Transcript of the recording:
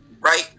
right